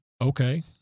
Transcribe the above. okay